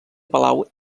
palau